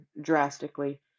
drastically